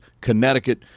Connecticut